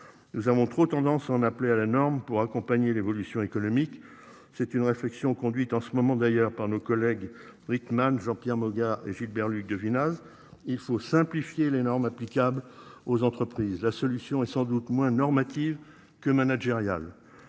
Nous avons trop tendance en appeler à la norme pour accompagner l'évolution économique c'est une réflexion conduite en ce moment d'ailleurs par nos collègues. Jean-Pierre Moga Gilbert Luc devina. Il faut simplifier les normes applicables aux entreprises. La solution est sans doute moins normative que managérial.